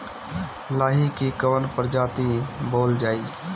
लाही की कवन प्रजाति बोअल जाई?